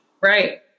Right